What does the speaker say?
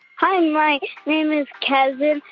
hi. my name is kevin.